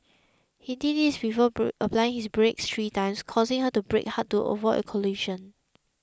he did this before applying his brakes three times causing her to brake hard to avoid a collision